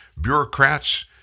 bureaucrats